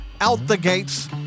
out-the-gates